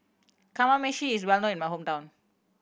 kamameshi is well known in my hometown